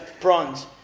bronze